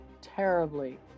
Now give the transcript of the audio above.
terribly